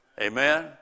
Amen